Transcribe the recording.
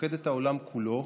פוקד את העולם כולו,